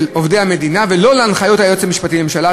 עובדי המדינה ולא להנחיות היועץ המשפטי לממשלה.